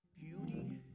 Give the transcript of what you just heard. Beauty